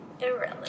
Irrelevant